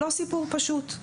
זה לא סיפור פשוט.